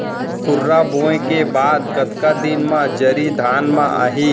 खुर्रा बोए के बाद कतका दिन म जरी धान म आही?